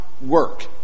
work